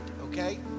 okay